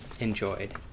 enjoyed